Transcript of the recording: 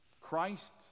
Christ